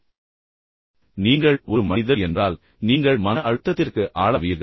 நீங்கள் ஒரு மனிதர் என்றால் நீங்கள் ஒரு சிறப்பு வகை என்பதைப் பொருட்படுத்தாமல் நீங்கள் மன அழுத்தத்திற்கு ஆளாவீர்கள்